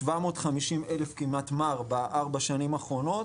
750,000 מ"ר ב-4 השנים האחרונות.